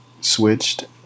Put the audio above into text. switched